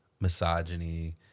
misogyny